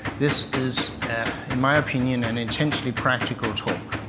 this is in my opinion an immensely practical talk.